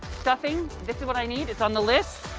stuffing, this is what i need, it's on the list,